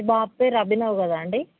మీ బాబు పేరు అభినవ్ కదండి